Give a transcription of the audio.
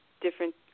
different